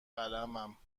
قلمم